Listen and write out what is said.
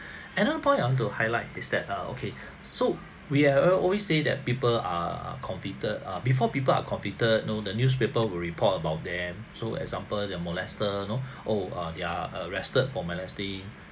another point I want to highlight is that err okay so we are always say that people are convicted err before people are convicted you know the newspaper will report about them so example the molester you know oh they're arrested for molesting